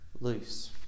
loose